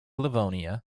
livonia